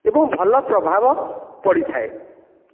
ଏବଂ ଭଲ ପ୍ରଭାବ ପଡ଼ିଥାଏ